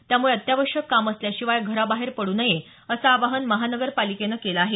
त्यामुळे अत्यावश्यक काम असल्याशिवाय घराबाहेर पडू नये असं आवाहन महानगरपालिकेनं केलं आहे